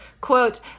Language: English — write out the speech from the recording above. quote